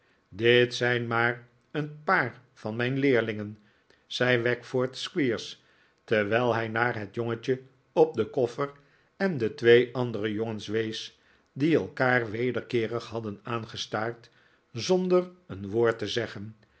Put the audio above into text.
dit zijn maar een paar van mijn leerlingen zei wackford squeers terwijl hij naar het jongetje op den koffer en de twee andere jongens wees die elkaar wederkeerig hadden aangestaard zonder een woord te zeggen